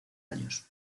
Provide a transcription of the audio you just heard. años